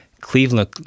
Cleveland